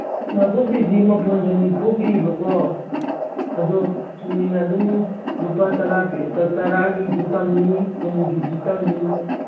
ꯅꯥꯀꯨꯞꯄꯤꯗꯤ ꯃꯄꯨꯟꯗ ꯅꯤꯐꯨ ꯄꯤꯌꯦꯕꯀꯣ ꯑꯗꯨ ꯆꯣꯏꯅ ꯑꯗꯨꯝ ꯂꯨꯄꯥ ꯇꯔꯥꯒꯤꯁꯨ ꯇꯝꯃꯤ ꯀꯨꯟꯒꯤꯁꯨ ꯇꯝꯃꯤ